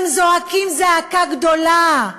הם זועקים זעקה גדולה.